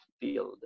field